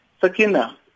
Sakina